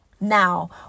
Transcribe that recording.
Now